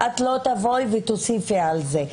את לא תבואי ותוסיפי על זה.